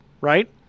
right